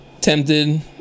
tempted